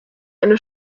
eine